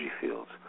fields